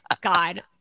God